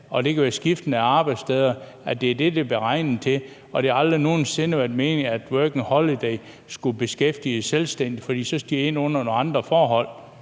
Stoklund ikke bekræfte, at det er det, det er beregnet til, og at det aldrig nogen sinde har været meningen, at Working Holiday skulle beskæftige selvstændige, for så skal de ind under nogle andre forhold?